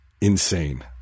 insane